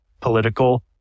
political